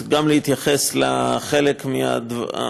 אני נרגשת לעמוד כאן.